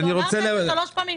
כבר אמרת את זה שלוש פעמים,